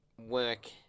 work